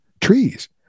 Trees